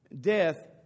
death